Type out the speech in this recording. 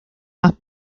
más